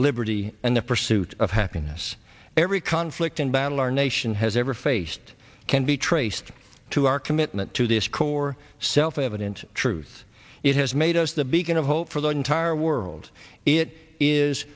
liberty and the pursuit of happiness every conflict and battle our nation has ever faced can be traced to our commitment to this core self evident truth it has made us the beacon of hope for the entire world it is